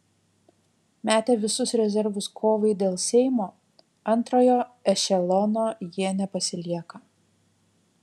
metę visus rezervus kovai dėl seimo antrojo ešelono jie nepasilieka